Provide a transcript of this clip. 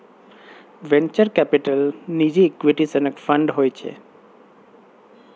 venture capital निजी equity सनक fund होइ छै